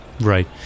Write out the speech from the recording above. Right